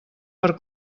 per